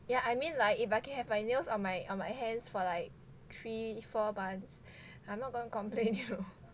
yeah I mean like if I can have my nails on my on my hands for like three four months I'm not gonna complain you know